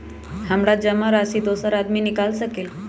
हमरा जमा राशि दोसर आदमी निकाल सकील?